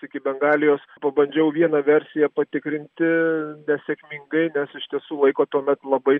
iki bengalijos pabandžiau vieną versiją patikrinti nesėkmingai nes iš tiesų laiko tuomet labai